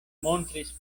montris